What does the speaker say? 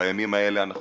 בימים האלה זה